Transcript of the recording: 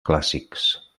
clàssics